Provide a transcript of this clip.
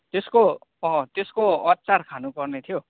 त्यसको अँ त्यसको अचार खानुपर्ने थियो